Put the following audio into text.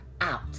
out